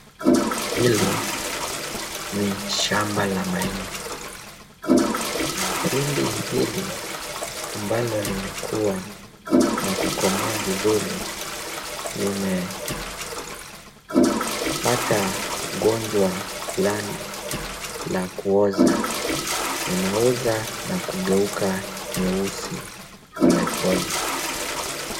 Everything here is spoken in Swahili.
Hili ni shamba la mahindi. Mahindi hili ambalo limekuwa na kukomaa vizuri limepata ugonjwa fulani la kuoza. Linaoza na kugeuka nyeusi polepole.